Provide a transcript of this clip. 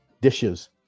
dishes